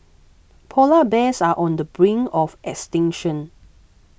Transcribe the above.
Polar Bears are on the brink of extinction